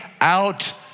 out